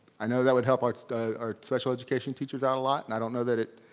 i know that would help ah our special education teachers out a lot and i don't know that it,